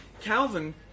Calvin